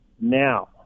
now